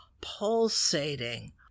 pulsating